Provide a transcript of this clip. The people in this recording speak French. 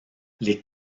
les